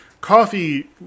coffee